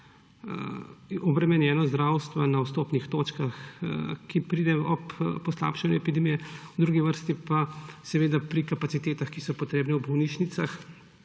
razbremenjenost zdravstva na vstopnih točkah, ki pridejo ob poslabšanju epidemije, v drugi vrsti pa pri kapacitetah, ki so potrebne v bolnišnicah,